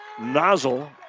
Nozzle